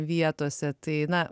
vietose tai na